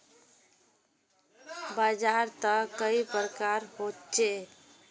बाजार त कई प्रकार होचे?